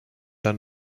dann